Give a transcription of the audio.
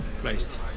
placed